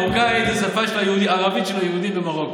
מרוקאית היא השפה הערבית של היהודים במרוקו,